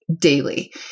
daily